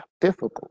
difficult